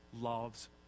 loves